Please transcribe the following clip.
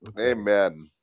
amen